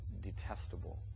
detestable